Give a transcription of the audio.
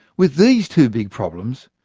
with these two big problems,